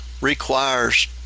requires